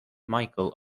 michael